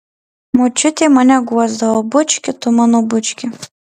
močiutė mane guosdavo bučki tu mano bučki